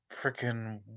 freaking